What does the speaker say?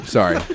Sorry